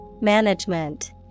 Management